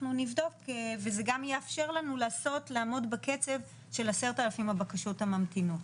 נבדוק וזה גם יאפשר לנו לעמוד בקצב של 10,000 הבקשות הממתינות.